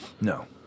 No